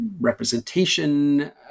representation